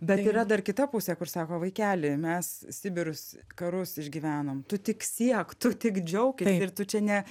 bet yra dar kita pusė kur sako vaikeli mes sibirus karus išgyvenom tu tik siek tu tik džiaukis ir tu čia ne